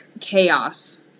chaos